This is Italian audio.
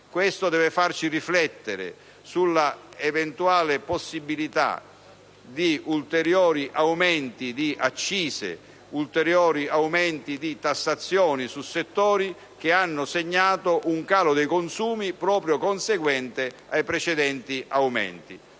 Questo deve farci riflettere sull'eventuale possibilità di ulteriori aumenti di accise ed ulteriori aumenti di tassazione su settori che hanno segnato un calo dei consumi conseguente proprio ai precedenti aumenti.